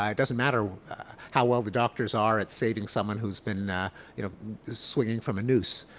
um doesn't matter how well the doctors are at saving someone who's been ah you know swinging from a noose.